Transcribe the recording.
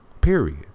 period